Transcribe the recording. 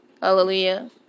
Hallelujah